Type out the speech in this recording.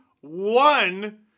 one